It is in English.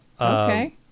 okay